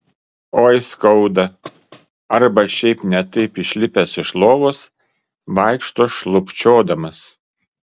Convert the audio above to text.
oi skauda arba šiaip ne taip išlipęs iš lovos vaikšto šlubčiodamas